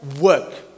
work